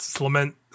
Lament